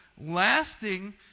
lasting